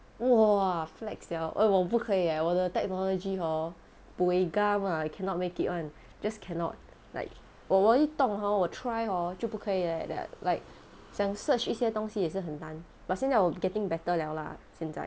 !wah! flex liao eh 我不可以耶我的 technology hor buay ngam ah cannot make it [one] just cannot like 我一动 hor wo:我 try hor 就不可以 leh like like 想 search 一下东西也是很难 but 现在 getting better liao lah 现在